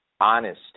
Honesty